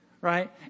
right